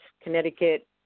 Connecticut